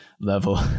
level